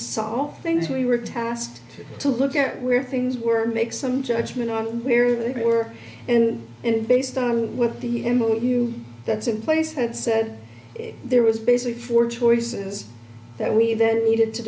solve things we were tasked to look at where things were make some judgment on where they were and and based on what the himmel you that's in place had said there was basically four choices that we then needed to